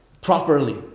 properly